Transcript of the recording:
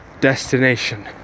destination